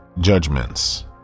judgments